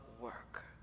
work